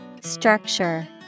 Structure